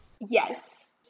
Yes